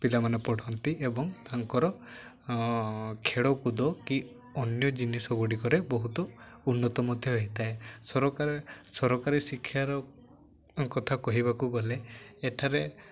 ପିଲାମାନେ ପଢ଼ନ୍ତି ଏବଂ ତାଙ୍କର ଖେଳକୁଦ କି ଅନ୍ୟ ଜିନିଷ ଗୁଡ଼ିକରେ ବହୁତ ଉନ୍ନତ ମଧ୍ୟ ହେଇଥାଏ ସରକାର ସରକାରୀ ଶିକ୍ଷାର କଥା କହିବାକୁ ଗଲେ ଏଠାରେ